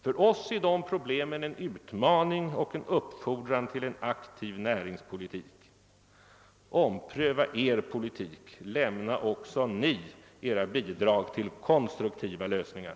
För oss är dessa problem en utmaning och en uppfordran till en aktiv näringspolitik. Ompröva er politik! Lämna också ni era bidrag till konstruktiva lösningar!